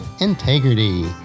integrity